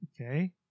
Okay